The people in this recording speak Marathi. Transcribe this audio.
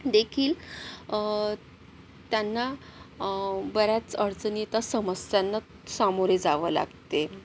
देखील त्यांना बऱ्याच अडचणी येतात समस्यांना सामोरे जावं लागते